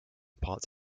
parts